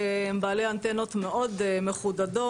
הם בעלי אנטנות מאוד מחודדות,